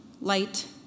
light